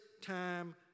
time